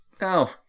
No